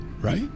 Right